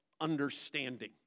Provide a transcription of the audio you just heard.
understanding